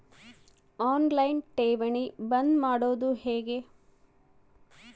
On line ಠೇವಣಿ ಬಂದ್ ಮಾಡೋದು ಹೆಂಗೆ?